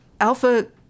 Alpha